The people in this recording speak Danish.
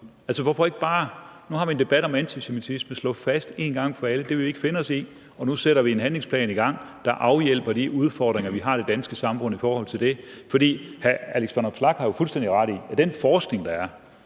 så hvorfor kan vi ikke bare en gang for alle slå fast, at det vil vi ikke finde os i, og nu sætter vi en handlingsplan i gang, der afhjælper de udfordringer, vi har i det danske samfund i forhold til det? Hr. Alex Vanopslagh har jo fuldstændig ret i, at den forskning, der er